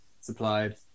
supplied